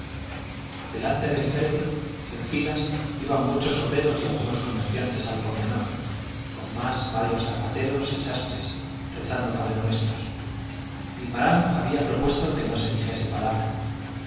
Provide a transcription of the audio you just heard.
delante del féretro en filas iban muchos obreros y algunos comerciantes al por menor con más varios zapateros y sastres rezando padrenuestros guimarán había propuesto que no se dijese palabra